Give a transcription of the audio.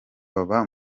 baba